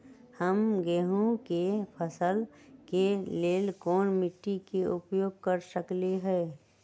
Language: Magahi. हम गेंहू के फसल के लेल कोन मिट्टी के उपयोग कर सकली ह?